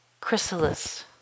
chrysalis